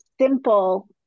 simple